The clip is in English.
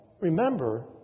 Remember